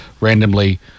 randomly